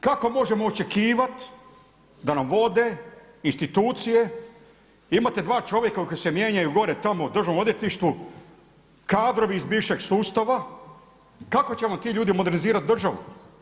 Kako možemo očekivati da nam vode institucije, imate dva čovjeka koja se mijenjaju gore tamo u Državnom odvjetništvu, kadrovi iz bivšeg sustava, kako će nam ti ljude modernizirati državu?